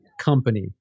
company